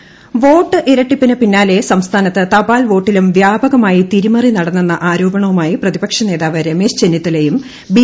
Surendran election commission vote ഇരട്ടിപ്പിന് പിന്നാല്ലെ സംസ്ഥാനത്ത് തപാൽ വോട്ടിലും വ്യാപകമായി തിരിമറി നടന്നെന്ന ആരോപണവുമായി പ്രതിപക്ഷ നേതാവ് രമേശ് ചെന്നിത്തലയും ബി